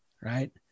Right